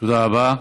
תודה רבה.